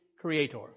creator